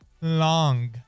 long